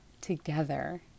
together